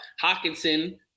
Hawkinson